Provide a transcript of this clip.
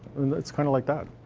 it's kind of like that.